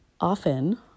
often